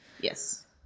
yes